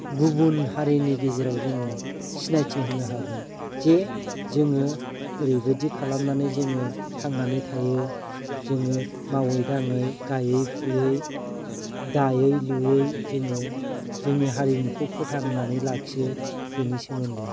गुबुन हारिनि गेजेराव जोङो सिनायथि होनो हागोन जे जोङो ओरैबायदि खालामनानै जोङो थांनानै थायो जोङो मावै दाङै गायै फुयै दायै लुयै जोङो जोंनि हारिमुखौ फोथांनानै लाखियो बिनि सोमोन्दै